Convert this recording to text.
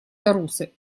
тарусы